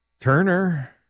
Turner